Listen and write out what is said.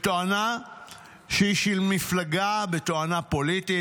בתואנה שהיא של מפלגה, בתואנה פוליטית.